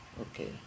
okay